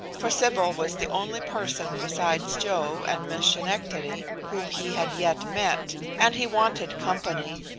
for sybil was the only person besides joe and miss schenectady whom he had yet met, and he wanted company,